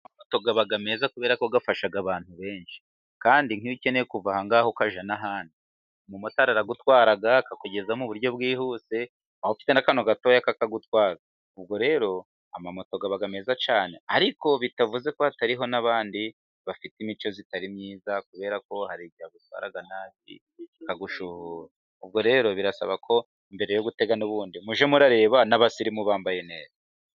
Amamoto aba meza kubera ko afasha abantu benshi, kandi nk'iyo ukeneye kuva ahangaha ukajya n'ahandi, umumotari aragutwara akakugezayo mu buryo bwihuse waba ufite n'akantu gatoya akakagutwaza. Ubwo rero amamoto aba meza cyane ariko bitavuze ko hatariho n'abandi bafite imico itari myiza, kubera ko hari igihe agutwara nabi akagucuhuza, ubwo rero birasaba ko mbere yo gutega n'ubundi mujye mureba n'abasirimu bambaye neza.